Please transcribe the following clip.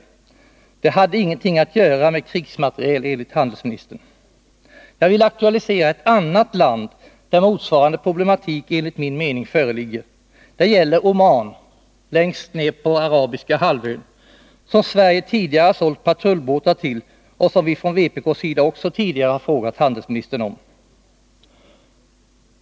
Enligt handelsministern hade detta ingenting att göra med krigsmateriel. Jag vill aktualisera ett annat land där, enligt min mening, motsvarande problematik föreligger. Det gäller Oman, längst ned på den arabiska halvön, som Sverige tidigare har sålt patrullbåtar till. Även om detta har vi från vpk:s sida tidigare frågat handelsministern.